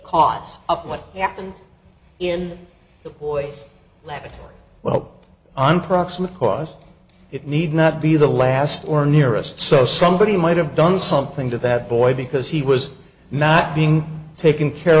happened in the boy's leg well i'm proximate cause it need not be the last or nearest so somebody might have done something to that boy because he was not being taken care